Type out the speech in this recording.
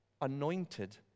anointed